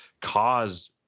cause –